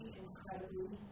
incredibly